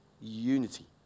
unity